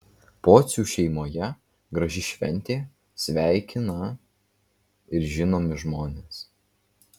pocių šeimoje graži šventė sveikina ir žinomi žmonės